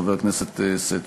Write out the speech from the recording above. חבר הכנסת שטבון.